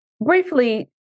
briefly